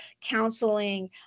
counseling